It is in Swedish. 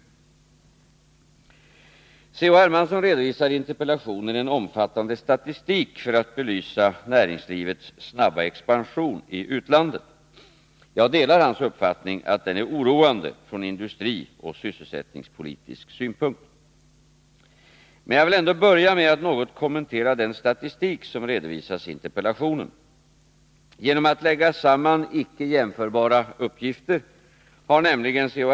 C.-H. Hermansson redovisar i interpellationen en omfattande statistik för att belysa näringslivets snabba expansion i utlandet. Jag delar hans uppfattning att den är oroande från industrioch sysselsättningspolitisk synpunkt. Men jag vill ändå börja med att något kommentera den statistik som redovisas i interpellationen. Genom att lägga samman icke jämförbara uppgifter har nämligen C.-H.